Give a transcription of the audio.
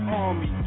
army